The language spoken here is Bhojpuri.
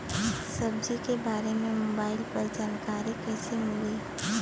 सब्जी के बारे मे मोबाइल पर जानकारी कईसे मिली?